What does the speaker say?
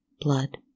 blood